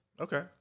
okay